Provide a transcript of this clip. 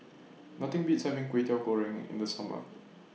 Nothing Beats having Kway Teow Goreng in The Summer